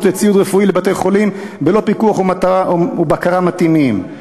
וציוד רפואי לבתי-חולים בלא פיקוח ובקרה מתאימים,